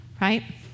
Right